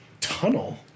Tunnel